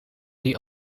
die